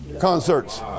concerts